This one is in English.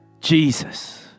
Jesus